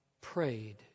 prayed